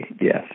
yes